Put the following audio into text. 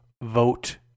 vote